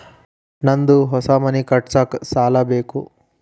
ನಂದು ಹೊಸ ಮನಿ ಕಟ್ಸಾಕ್ ಸಾಲ ಬೇಕು